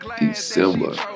December